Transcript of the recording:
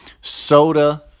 soda